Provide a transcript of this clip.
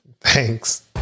Thanks